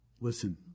Listen